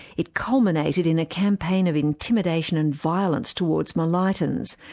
it culminated in a campaign of intimidation and violence towards malaitans,